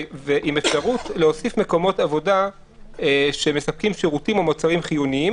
עם אפשרות להוסיף מקומות עבודה שמספקים שירותים או מוצרים חיוניים,